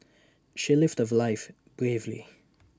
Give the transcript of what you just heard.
she lived her life bravely